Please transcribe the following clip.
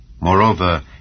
Moreover